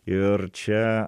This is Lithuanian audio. ir čia